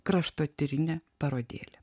kraštotyrinė parodėlė